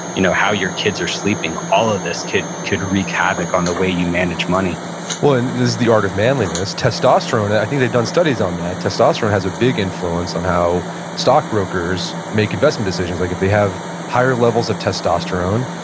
you know how your kids are sleeping, all of this could could wreak havoc on the way you manage money well, and this is the art of manliness. testosterone, i think they've done studies on that, testosterone has a big influence on how stockbrokers make investment decisions. like if they have higher levels of testosterone,